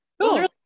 cool